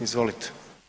Izvolite.